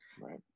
right